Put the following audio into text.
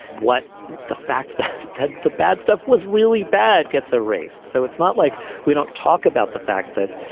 what the fact that that the bad stuff was really bad gets a raise. so it's not like we don't talk about the fact that,